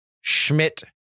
Schmidt